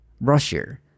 Russia